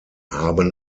haben